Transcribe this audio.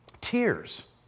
Tears